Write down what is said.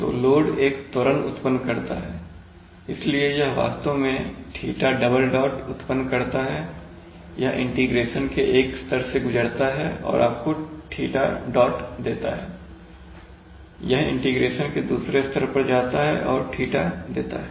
तो लोड एक त्वरण उत्पन्न करता है इसलिए यह वास्तव में θ डबल डॉट उत्पन्न करता है यह इंटीग्रेशन के एक स्तर से गुजरता है और आपको θ डॉट देता है यह इंटीग्रेशन के दूसरे स्तर पर जाता है और θ देता है